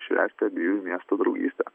švęsti abiejų miestų draugystę